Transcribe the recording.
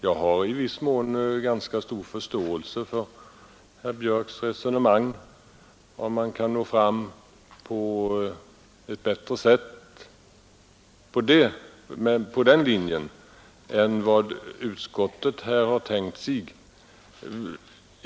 Jag har ganska stor förståelse för Kaj Björks resonemang, om han tror att han genom att följa sin linje kan nå ett bättre resultat än genom att följa utskottets.